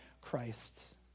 Christ